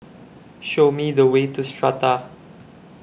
Show Me The Way to Strata